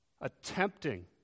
attempting